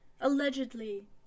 Allegedly